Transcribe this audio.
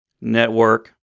network